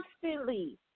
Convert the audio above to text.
constantly